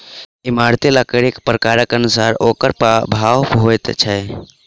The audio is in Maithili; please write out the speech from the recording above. इमारती लकड़ीक प्रकारक अनुसारेँ ओकर भाव होइत छै